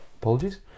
apologies